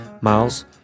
Miles